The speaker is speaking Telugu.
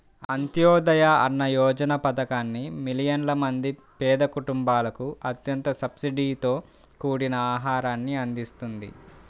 అంత్యోదయ అన్న యోజన పథకాన్ని మిలియన్ల మంది పేద కుటుంబాలకు అత్యంత సబ్సిడీతో కూడిన ఆహారాన్ని అందిస్తుంది